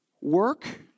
work